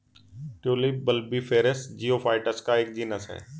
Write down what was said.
tulip bulbiferous geophytes का एक genus है